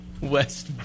West